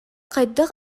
хайдах